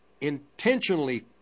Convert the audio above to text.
intentionally